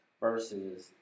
Versus